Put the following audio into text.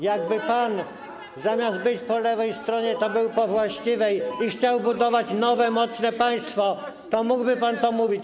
Jakby pan, zamiast być po lewej stronie, był po właściwej i chciał budować nowe, mocne państwo, to mógłby pan to mówić.